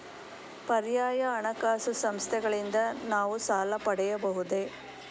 ಪರ್ಯಾಯ ಹಣಕಾಸು ಸಂಸ್ಥೆಗಳಿಂದ ನಾವು ಸಾಲ ಪಡೆಯಬಹುದೇ?